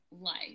life